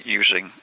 using